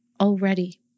already